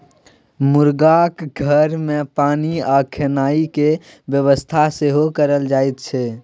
मुरगाक घर मे पानि आ खेनाइ केर बेबस्था सेहो कएल जाइत छै